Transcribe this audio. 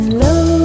love